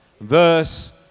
verse